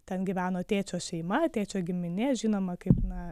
ten gyveno tėčio šeima tėčio giminė žinoma kaip na